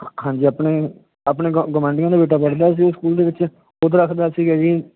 ਹਾਂਜੀ ਆਪਣੇ ਆਪਣੇ ਗੁਆਂਢੀਆਂ ਦਾ ਬੇਟਾ ਪੜ੍ਹਦਾ ਸੀ ਸਕੂਲ ਦੇ ਵਿੱਚ ਉਹ ਤਾਂ ਦੱਸਦਾ ਸੀਗਾ ਜੀ